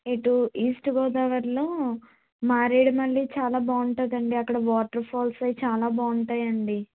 ఇటు ఈస్ట్ గోదావరిలో మారేడుమిల్లి చాలా బాగుంటుందండి అక్కడ వాటర్ ఫాల్స్ అవి చాలా బాగుంటాయండి